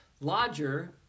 Lodger